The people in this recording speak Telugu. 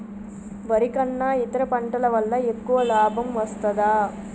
వరి కన్నా ఇతర పంటల వల్ల ఎక్కువ లాభం వస్తదా?